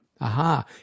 Aha